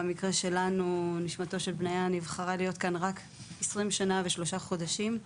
במקרה שלנו נשמתו של בניה נבחרה להיות כאן רק 20 שנה ושלושה חודשים.